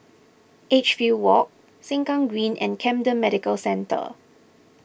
Edgefield Walk Sengkang Green and Camden Medical Centre